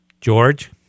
George